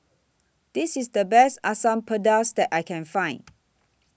This IS The Best Asam Pedas that I Can Find